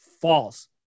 false